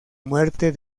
muerte